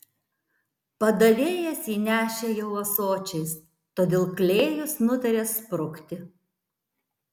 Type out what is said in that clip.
padavėjas jį nešė jau ąsočiais todėl klėjus nutarė sprukti